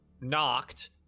knocked